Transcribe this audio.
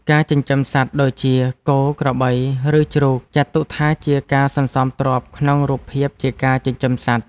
ការចិញ្ចឹមសត្វដូចជា គោ ក្របី ឬជ្រូក ចាត់ទុកថាជាការសន្សំទ្រព្យក្នុងរូបភាពជាការចិញ្ចឹមសត្វ។